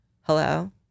hello